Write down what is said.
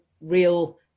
real